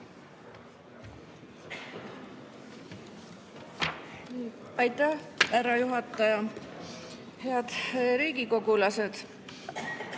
Aitäh, härra juhataja! Head riigikogulased!